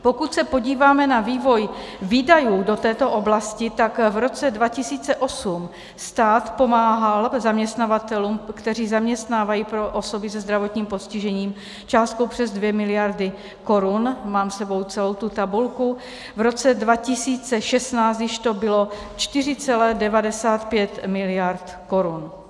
Pokud se podíváme na vývoj výdajů do této oblasti, tak v roce 2008 stát pomáhal zaměstnavatelům, kteří zaměstnávají osoby se zdravotním postižením, částkou přes 2 miliardy korun mám s sebou celou tu tabulku v roce 2016 již to bylo 4,95 miliardy korun.